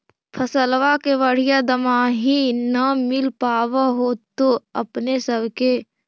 फसलबा के बढ़िया दमाहि न मिल पाबर होतो अपने सब के?